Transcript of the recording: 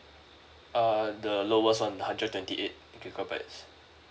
uh the lowest [one] the hundred twenty eight gigabytes